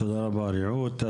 תודה רבה, רעות.